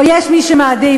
או יש מי שמעדיף,